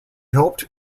hoped